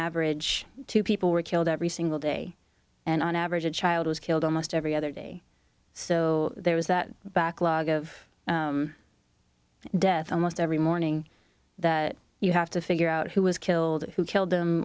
average two people were killed every single day and on average a child was killed almost every other day so there was that backlog of death almost every morning that you have to figure out who was killed who killed them